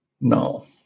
No